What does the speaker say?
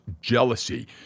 jealousy